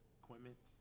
equipment